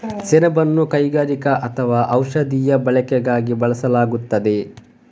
ಸೆಣಬನ್ನು ಕೈಗಾರಿಕಾ ಅಥವಾ ಔಷಧೀಯ ಬಳಕೆಯಾಗಿ ಬೆಳೆಯಲಾಗುತ್ತದೆ